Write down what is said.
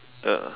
ya